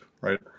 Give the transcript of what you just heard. right